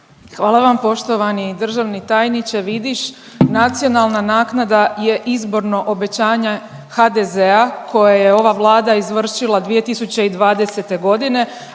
Hvala vam poštovani državni tajniče Vidiš. Nacionalna naknada je izborno obećanje HDZ-a koje je ova Vlada izvršila 2020. godine,